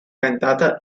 cantata